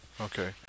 Okay